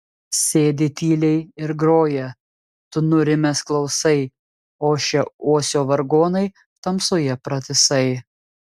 sėdi tyliai ir groja tu nurimęs klausai ošia uosio vargonai tamsoje pratisai